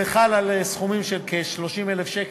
זה חל על סכומים של כ-30,000 שקל,